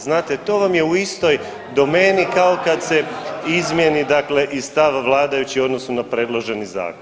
Znate to vam je u istoj domeni kao kad se izmijeni, dakle stav vladajućih u odnosu na predloženi zakon.